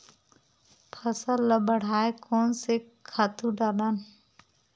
फसल ल बढ़ाय कोन से खातु डालन?